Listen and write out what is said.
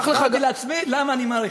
הסברתי לעצמי למה אני מאריך.